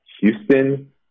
Houston